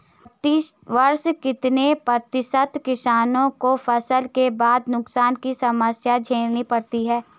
प्रतिवर्ष कितने प्रतिशत किसानों को फसल के बाद नुकसान की समस्या झेलनी पड़ती है?